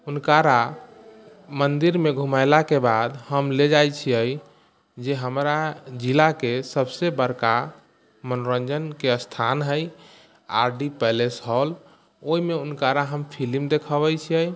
हुनकारा मन्दिरमे घूमेलाके बाद हम ले जाइत छियै जे हमरा जिलाके सभसँ बड़का मनोरञ्जनके स्थान हइ आर डी पैलेस हॉल ओहिमे हुनकारा हम फिल्म देखबै छियै